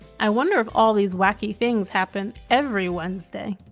i wonder if all these wacky things happen every wednesday.